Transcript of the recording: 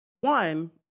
One